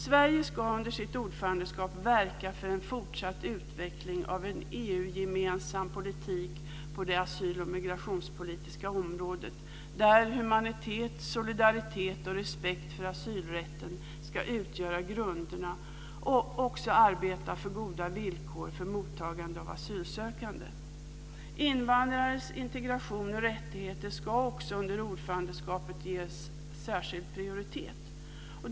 Sverige ska under sitt ordförandeskap verka för en fortsatt utveckling av en EU-gemensam politik på det asyl och migrationspolitiska området där humanitet, solidaritet och respekt för asylrätten ska utgöra grunderna och också arbeta för goda villkor för mottagande av asylsökande. Invandrares integration och rättigheter ska också under ordförandeskapet ges särskild prioritet.